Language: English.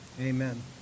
Amen